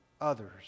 others